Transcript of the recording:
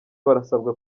barasabwa